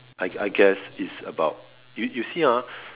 I I guess it's about you you see ah